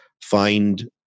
find